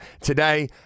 today